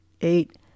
Eight